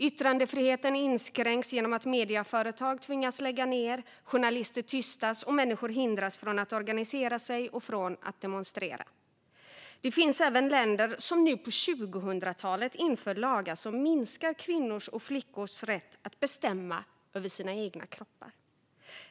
Yttrandefriheten inskränks genom att medieföretag tvingas lägga ned, journalister tystas och människor hindras från att organisera sig och från att demonstrera. Det finns även länder som nu, på 2000-talet, inför lagar som minskar kvinnors och flickors rätt att bestämma över sina egna kroppar.